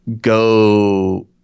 go